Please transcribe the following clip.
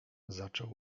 zaczął